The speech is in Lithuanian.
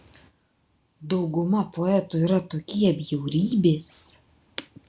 dauguma poetų yra tokie bjaurybės